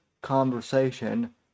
conversation